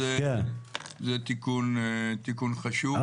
זה תיקון חשוב.